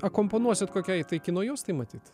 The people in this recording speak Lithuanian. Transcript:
akompanuosit kokiai tai kino juostai matyt